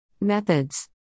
Methods